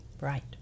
Right